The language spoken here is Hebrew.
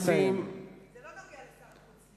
זה לא נוגע לשר החוץ, סליחה.